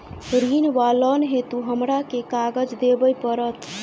ऋण वा लोन हेतु हमरा केँ कागज देबै पड़त?